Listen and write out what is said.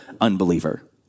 unbeliever